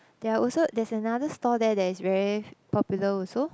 there're also there's another store there that is very popular also